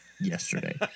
yesterday